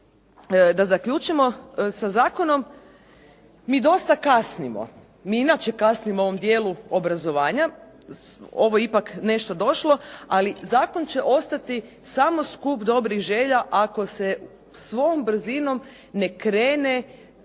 da zaključimo sa zakonom. Mi dosta kasnimo. Mi inače kasnimo u ovom dijelu obrazovanja. Ovo je ipak nešto došlo ali zakon će ostati samo skup dobrih želja ako se svom brzinom ne krene